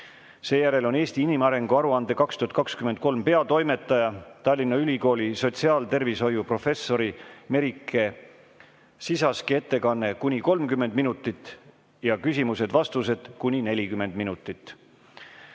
Seejärel on "Eesti inimarengu aruande 2023" peatoimetaja, Tallinna Ülikooli sotsiaaltervishoiu professori Merike Sisaski ettekanne kuni 30 minutit ja küsimused‑vastused kuni 40 minutit.